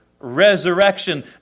resurrection